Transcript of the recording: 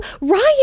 Ryan